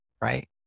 right